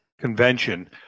convention